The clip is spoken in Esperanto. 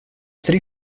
tri